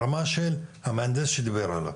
לרמת המהנדס שדיבר עליו.